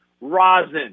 rosin